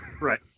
Right